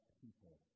people